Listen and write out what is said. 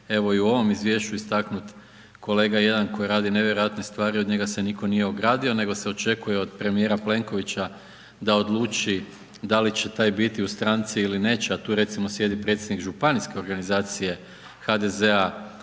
evo i u ovom izvješću istaknut kolega jedan koji radi nevjerojatne stvari, od njega se nitko nije ogradio nego se očekuje od premijera Plenkovića da odluči da li će taj biti u stranci ili neće a tu recimo sjedi predsjednik županijske organizacije HDZ-a